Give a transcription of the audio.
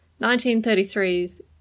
1933's